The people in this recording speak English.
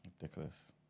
Ridiculous